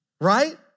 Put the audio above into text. right